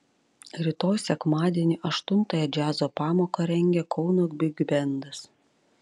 rytoj sekmadienį aštuntąją džiazo pamoką rengia kauno bigbendas